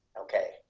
okay,